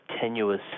tenuous